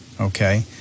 okay